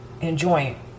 enjoying